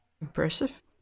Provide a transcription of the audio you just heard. Impressive